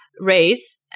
raise